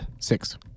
Six